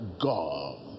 God